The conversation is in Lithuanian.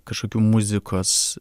kažkokių muzikos